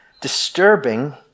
disturbing